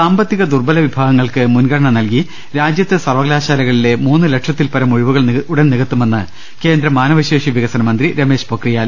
സാമ്പത്തിക ദുർബല വിഭാഗങ്ങൾക്ക് മുൻഗണന നൽകി രാജ്യത്തെ സർവകലാശാലകളിലെ മൂന്ന് ലക്ഷത്തിൽപരം ഒഴിവു കൾ ഉടൻ നികത്തുമെന്ന് കേന്ദ്ര മാനവശേഷി വികസന മന്ത്രി രമേശ് പൊക്രിയാൽ